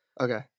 Okay